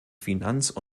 finanz